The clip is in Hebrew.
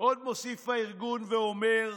עוד מוסיף הארגון ואומר: